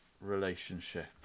relationship